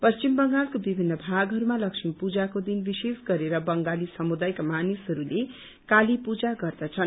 पश्चिम बंगालको विभित्र भागहरूमा लक्ष्मी पूजाको दिन विशेष गरेर बंगाली समुदायका मानिसहरूले काली पूजा गर्दछन्